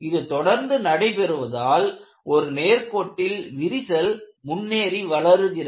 இது தொடர்ந்து நடைபெறுவதால் ஒரு நேர் கோட்டில் விரிசல் முன்னேறி வளருகிறது